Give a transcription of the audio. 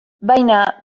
baina